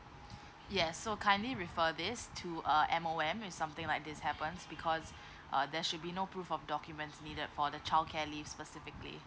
yes so kindly refer this to uh M_O_M if something like this happens because err there should be no proof of documents needed for the childcare leave specifically